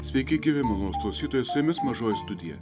sveiki gyvi malonūs klausytojai su jumis mažoji studija